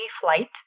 flight